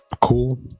cool